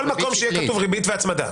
כל מקום שיהיה כתוב ריבית והצמדה.